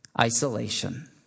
isolation